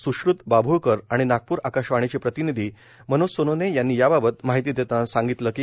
सुश्रुत बाश्वुळ्कर आणि नागपूर आकाशवाणीचे प्रतिनिधी मनोज सोनोने यांनी याबाबत माहिती देताना सांगितलं की